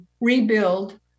rebuild